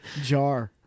jar